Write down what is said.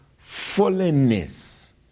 fallenness